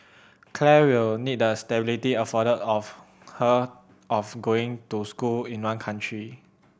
Claire will need the stability afforded of her of going to school in one country